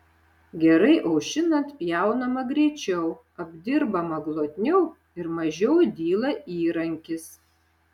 gerai aušinant pjaunama greičiau apdirbama glotniau ir mažiau dyla įrankis